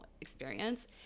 experience